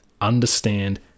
understand